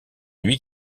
lui